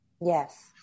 yes